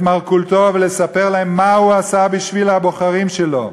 מרכולתו ולספר לו מה הוא עשה בשביל הבוחרים שלו.